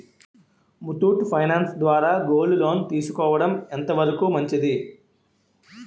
Muthoot finance ద్వారా gold loan తీసుకోవడం ఎంత వరకు మంచిది?